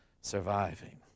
surviving